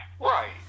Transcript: Right